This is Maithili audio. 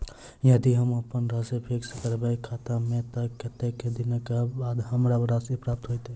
यदि हम अप्पन राशि फिक्स करबै खाता मे तऽ कत्तेक दिनक बाद हमरा राशि प्राप्त होइत?